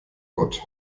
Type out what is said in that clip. gott